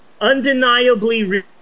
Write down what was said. undeniably